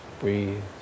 Breathe